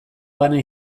bana